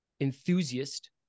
enthusiast